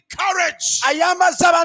courage